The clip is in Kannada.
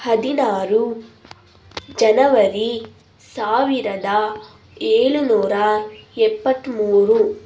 ಹದಿನಾರು ಜನವರಿ ಸಾವಿರದ ಏಳು ನೂರ ಎಪ್ಪತ್ಮೂರು